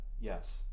yes